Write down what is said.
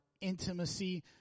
intimacy